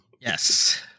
Yes